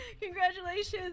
Congratulations